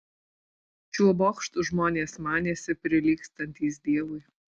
šiuo bokštu žmonės manėsi prilygstantys dievui